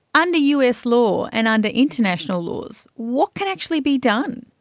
under us law and under international laws, what can actually be done?